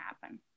happen